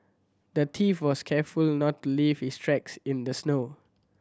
the thief was careful not to leave his tracks in the snow